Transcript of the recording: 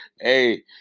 hey